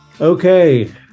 okay